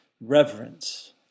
reverence